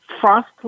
Frost